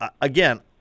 again